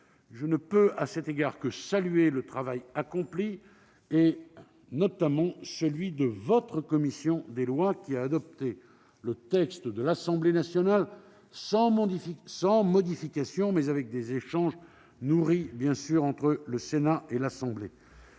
je ne peux à cet égard que saluer le travail accompli, notamment celui de votre commission des lois, qui a adopté le texte de l'Assemblée nationale sans modification, mais après des échanges nourris avec les députés.